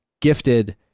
gifted